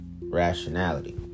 rationality